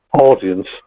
audience